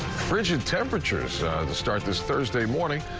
frigid temperatures to start this thursday morning,